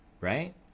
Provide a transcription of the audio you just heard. right